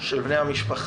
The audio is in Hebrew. של בני המשפחה.